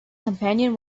companion